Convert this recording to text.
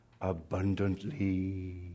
abundantly